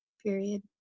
period